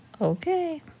Okay